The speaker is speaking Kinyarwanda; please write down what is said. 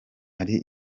hari